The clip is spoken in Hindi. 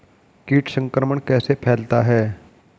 कीट संक्रमण कैसे फैलता है?